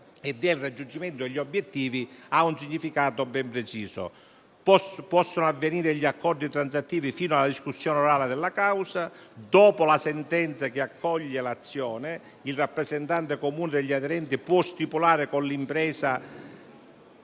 e del raggiungimento degli obiettivi, ha un significato ben preciso. Possono avvenire gli accordi transattivi fino alla discussione orale della causa. Dopo la sentenza che accoglie l'azione, il rappresentante comune degli aderenti può stipulare con l'impresa,